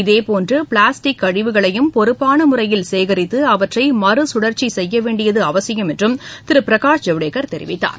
இதேபோன்று பிளாஸ்டிக் கழிவுகளையும் பொறுப்பான முறையில் சேகரித்து அவற்றை மறுசுழற்சி செய்ய வேண்டியது அவசியம் என்றும் திரு பிரகாஷ் ஜவ்டேகர் தெரிவித்தார்